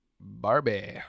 Barbie